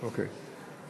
אוקיי.